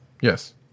yes